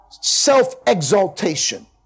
self-exaltation